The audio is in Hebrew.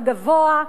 הגבוה,